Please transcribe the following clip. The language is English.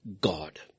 God